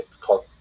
called